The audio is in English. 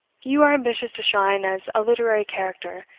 you are ambitious to shine as a literary character,